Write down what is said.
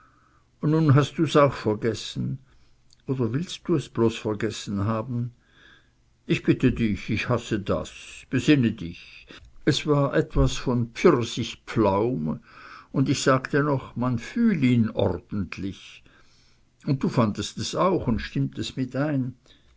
nun hast du's auch vergessen oder willst du's bloß vergessen haben ich bitte dich ich hasse das besinne dich es war etwas von pfirsichpflaum und ich sagte noch man fühl ihn ordentlich und du fandst es auch und stimmtest mit ein